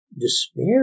Despair